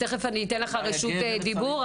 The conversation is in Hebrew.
תכף אתן לך רשות דיבור,